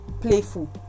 playful